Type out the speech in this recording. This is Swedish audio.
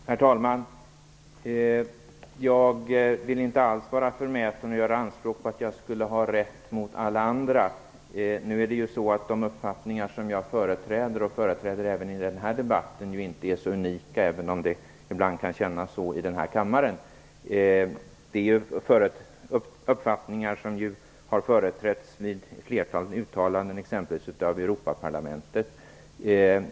Herr talman! Jag vill inte alls vara förmäten och göra anspråk på att jag skulle ha rätt gentemot alla andra. De uppfattningar som jag företräder och företräder även i den här debatten är i och för sig inte så unika, även om det ibland kan kännas så i den här kammaren. Det är uppfattningar som har kommit till uttryck vid ett flertal uttalanden exempelvis av Europaparlamentet.